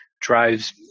drives